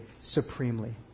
supremely